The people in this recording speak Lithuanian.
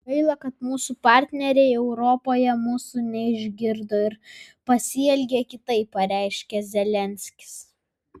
gaila kad mūsų partneriai europoje mūsų neišgirdo ir pasielgė kitaip pareiškė zelenskis